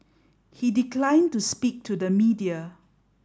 he declined to speak to the media